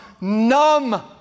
numb